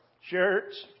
shirts